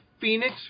phoenix